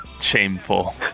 shameful